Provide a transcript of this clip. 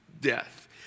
death